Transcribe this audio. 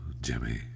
Jimmy